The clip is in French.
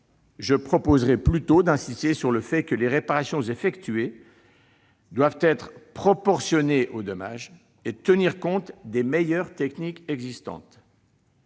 Je proposerai plutôt d'insister sur le fait que les réparations effectuées doivent être proportionnées aux dommages et tenir compte des meilleures techniques existantes.